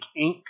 Inc